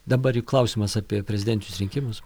dabar juk klausimas apie prezidentinius rinkimus